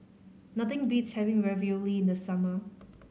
nothing beats having Ravioli in the summer